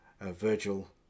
virgil